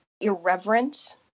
irreverent